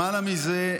למעלה מזה,